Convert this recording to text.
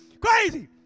Crazy